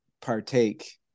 partake